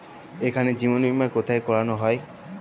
এখানে জীবন বীমা কোথায় করানো হয়?